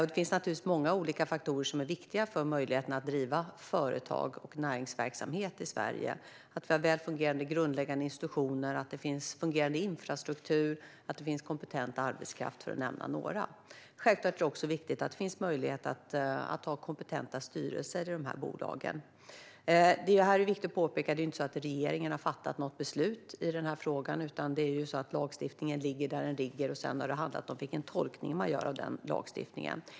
Det finns naturligtvis många olika faktorer som är viktiga för möjligheten att driva företag och näringsverksamhet i Sverige - att vi har välfungerande grundläggande institutioner, att det finns fungerande infrastruktur och att det finns kompetent arbetskraft, för att nämna några. Självklart är det också viktigt att det finns möjlighet att ha kompetenta styrelser i bolagen. Det är viktigt att påpeka att regeringen inte har fattat något beslut i den här frågan. Lagstiftningen ligger där den ligger, och sedan har det handlat om vilken tolkning man gör av den.